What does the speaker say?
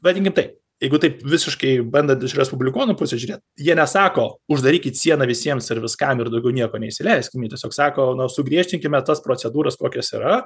vadinkim taip jeigu taip visiškai bandant iš respublikonų pusės žiūrėt jie nesako uždarykit sieną visiems ir viskam ir daugiau nieko neįsileiskim jie tiesiog sako sugriežtinkime tas procedūras kokios yra